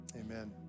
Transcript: Amen